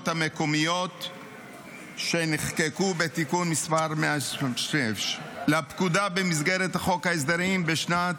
המקומיות שנחקקו בתיקון מס' 129 לפקודה במסגרת חוק ההסדרים בשנת